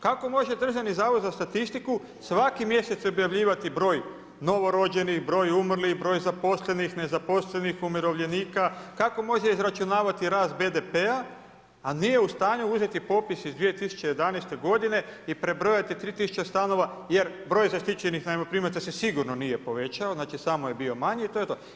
Kako može DZS svaki mjesec objavljivati broj novorođenih, broj umrlih, broj zaposlenih, nezaposlenih, umirovljenika, kako može izračunavati rast BDP-a, a nije u stanju uzeti popis iz 2011. godine i prebrojati 3000 stanova jer broj zaštićenih najmoprimaca se sigurno nije povećao, znači samo je bio manji i to je to.